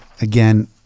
again